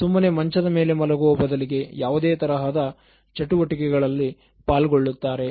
ಸುಮ್ಮನೆ ಮಂಚದ ಮೇಲೆ ಮಲಗುವ ಬದಲಿಗೆ ಯಾವುದೇ ತರಹದ ಚಟುವಟಿಕೆಯಲ್ಲಿ ಪಾಲ್ಗೊಳ್ಳುತ್ತಾರೆ